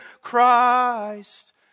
Christ